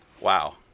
Wow